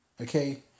Okay